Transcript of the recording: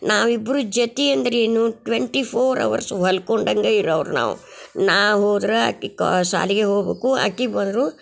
ನಾವಿಬ್ಬರು ಜೊತೆ ಅಂದ್ರೆ ಏನು ಟ್ವೆಂಟಿ ಫೋರ್ ಅವರ್ಸು ಒಲ್ಕೊಂಡಂಗೆ ಇರೋವ್ರು ನಾವು ನಾ ಹೋದ್ರೆ ಆಕಿ ಕಾ ಶಾಲಿಗೆ ಹೋಗ್ಬೇಕು ಆಕಿ ಬಂದರು